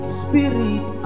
spirit